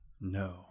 No